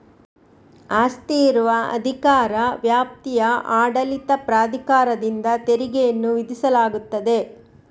ಆಸ್ತಿ ಇರುವ ಅಧಿಕಾರ ವ್ಯಾಪ್ತಿಯ ಆಡಳಿತ ಪ್ರಾಧಿಕಾರದಿಂದ ತೆರಿಗೆಯನ್ನು ವಿಧಿಸಲಾಗುತ್ತದೆ